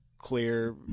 clear